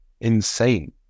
insane